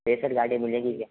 racer गाडियाँ मिलेगी क्या